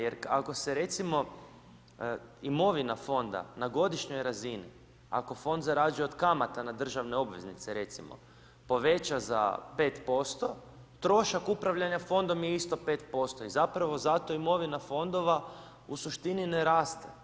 Jer ako se recimo imovina fonda na godišnjoj razini, ako fond zarađuje od kamata na države obveznice, recimo, poveća za 5%, trošak upravljanja fonda je isto 5% i zapravo zato imovina fondova u suštini ne raste.